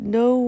no